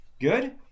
Good